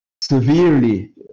severely